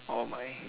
oh my